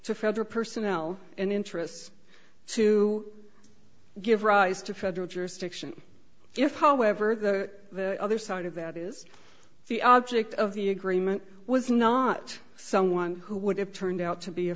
to federal personnel and interests to give rise to federal jurisdiction if however the other side of that is the object of the agreement was not someone who would have turned out to be a